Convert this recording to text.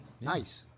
Nice